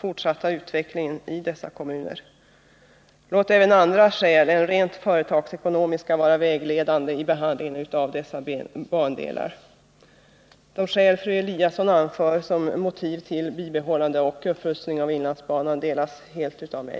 fortsatta utvecklingen i dessa kommuner. Låt även andra skäl än rent företagsekonomiska vara vägledande vid behandlingen av dessa bandelar! De resonemang som Stina Eliasson anför som motiv för bibehållande och upprustning av inlandsbanan ställer jag mig helt bakom.